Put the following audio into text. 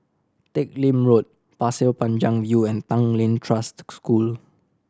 Teck Lim Road Pasir Panjang View and Tanglin Trust School